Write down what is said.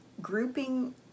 grouping